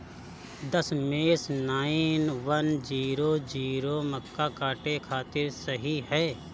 दशमेश nine one zero zero मक्का काटे खातिर सही ह?